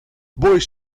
boisz